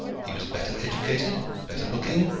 he was better educated, better looking,